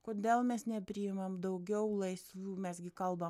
kodėl mes nepriimam daugiau laisvių mes gi kalbam